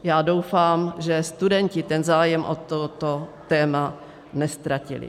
Já doufám, že studenti zájem o toto téma neztratili.